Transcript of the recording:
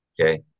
okay